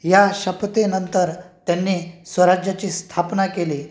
या शपथेनंतर त्यांनी स्वराज्याची स्थापना केली